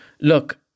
look